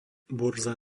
burza